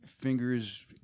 fingers